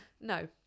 no